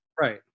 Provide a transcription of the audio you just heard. Right